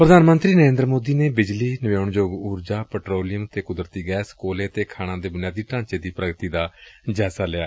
ਪ੍ਰਧਾਨ ਮੰਡਰੀ ਨਰੇਦਰ ਸੋਦੀ ਨੇ ਬਿਜਲੀ ਨਵਿਆਉਣਯੋਗ ਉਰਜਾ ਪੈਟਰੋਲੀਅਮ ਤੇ ਕੁਦਰਡੀ ਗੈਸ ਕੋਲੇ ਅਤੇ ਖਾਣਾਂ ਦੇ ਬੁਨਿਆਦੀ ਢਾਂਚੇ ਦੀ ਪੁਗਤੀ ਦਾ ਜਾਇਜ਼ਾ ਲਿਆ